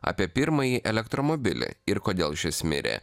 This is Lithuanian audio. apie pirmąjį elektromobilį ir kodėl šis mirė